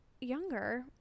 younger